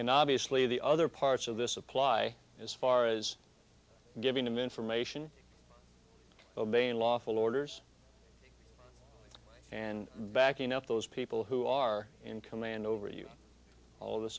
and obviously the other parts of this apply as far as giving them information obeying lawful orders and backing up those people who are in command over you all the